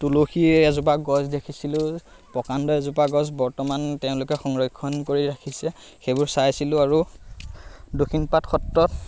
তুলসীৰ এজোপা গছ দেখিছিলোঁ প্ৰকাণ্ড এজোপা গছ বৰ্তমান তেওঁলোকে সংৰক্ষণ কৰি ৰাখিছে সেইবোৰ চাইছিলোঁ আৰু দক্ষিণপাট সত্ৰত